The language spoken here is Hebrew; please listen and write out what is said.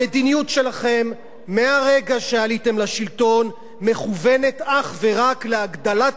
המדיניות שלכם מהרגע שעליתם לשלטון מכוונת אך ורק להגדלת